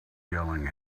yelling